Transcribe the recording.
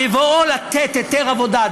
בבואו לתת היתר עבודה,